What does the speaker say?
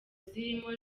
zirimo